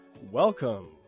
Welcome